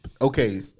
okay